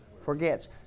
forgets